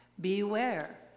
Beware